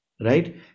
right